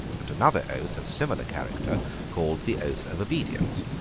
and another oath of similar character called the oath of obedience.